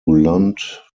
lund